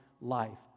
life